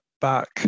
back